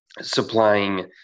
supplying